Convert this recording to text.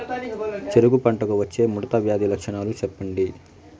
చెరుకు పంటకు వచ్చే ముడత వ్యాధి లక్షణాలు చెప్పండి?